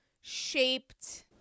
shaped